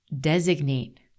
designate